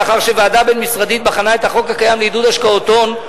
לאחר שוועדה בין-משרדית בחנה את החוק הקיים לעידוד השקעות הון.